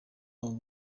abo